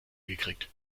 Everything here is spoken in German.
gekriegt